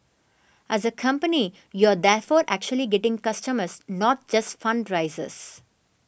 as a company you are therefore actually getting customers not just fundraisers